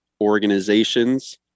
organizations